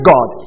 God